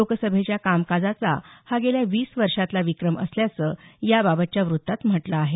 लोकसभेच्या कामकाजाचा हा गेल्या वीस वर्षांतला विक्रम असल्याचं याबाबतच्या वृत्तात म्हटलं आहे